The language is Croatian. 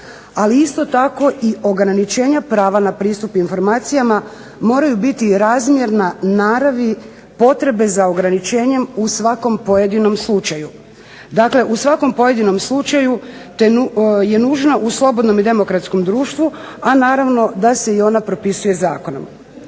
ali isto tako i ograničenja prava na pristup informacijama moraju biti razmjerna naravi potrebe za ograničenjem u svakom pojedinom slučaju. Dakle u svakom pojedinom slučaju, te je nužna u slobodnom i demokratskom društvu, a naravno da se i ona propisuje zakonom.